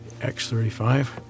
X-35